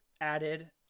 added